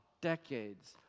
decades